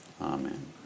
Amen